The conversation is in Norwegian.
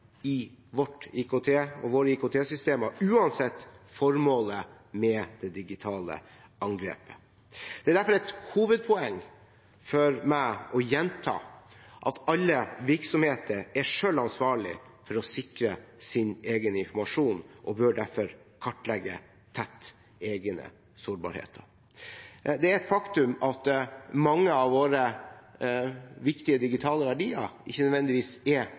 i våre IKT-systemer, uansett formålet med det digitale angrepet. Det er derfor et hovedpoeng for meg å gjenta at alle virksomheter er selv ansvarlig for å sikre sin egen informasjon og bør derfor kartlegge tett egne sårbarheter. Det er et faktum at mange av våre viktige digitale verdier ikke nødvendigvis er